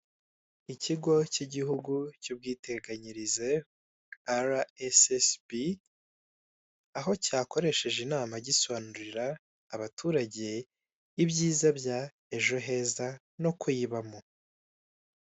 Ikigo cy'igihugu cy'ubwiteganyirize, Ara esesibi, aho cyakoresheje inama gisobanurira abaturage ibyiza bya ejoheza, no kuyibamo.